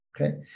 okay